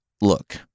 Look